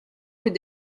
fid